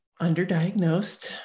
underdiagnosed